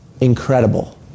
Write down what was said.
incredible